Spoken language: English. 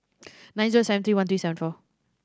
nine zero seven three one three seven four